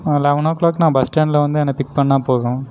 eleven o'clock நான் bus ஸ்டாண்டில் வந்து என்னை பிக் பண்ணால் போதும்